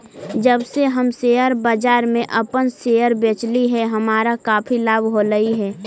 जब से हम शेयर बाजार में अपन शेयर बेचली हे हमारा काफी लाभ होलई हे